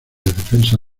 defensa